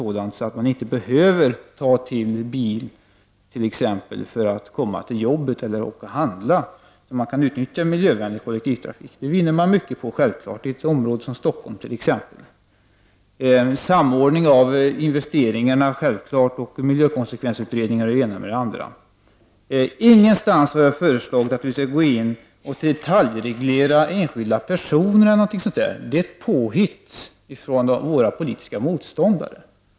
på ett sådant sätt att människor t.ex. inte behöver ta bilen för att fara till jobbet eller för att åka och handla. I stället kan en miljövänlig kollektivtrafik utnyttjas. Det skulle man självfallet vinna mycket på i ett område som t.ex. Stockholm. Det behövs alltså en samordning av investeringar, miljökonsekvenser och annat. Jag har aldrig föreslagit en detaljreglering när det gäller enskilda personer. Det är ett påhitt av våra politiska motståndare.